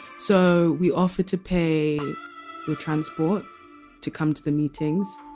so we offer to pay your transport to come to the meetings.